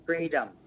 Freedom